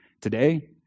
today